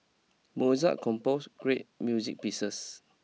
Mozart compose great music pieces